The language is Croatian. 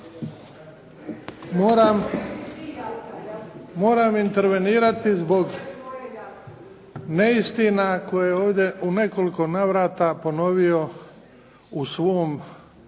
Moram intervenirati zbog neistina koje je ovdje u nekoliko navrata ponovio u svom